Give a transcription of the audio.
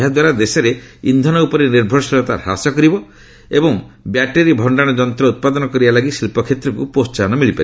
ଏହାଦ୍ୱାରା ଦେଶରେ ଇନ୍ଧନ ଉପରେ ନିର୍ଭରଶୀଳତା ହ୍ରାସ କରିବ ଏବଂ ଦେଶରେ ବ୍ୟାଟେରୀ ଭକ୍ଷାରଣ ଯନ୍ତ ଉତ୍ପାଦନ କରିବା ଲାଗି ଶିଳ୍ପକ୍ଷେତ୍ରକୁ ପ୍ରୋହାହନ ମିଳିପାରିବ